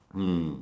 mm